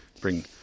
bring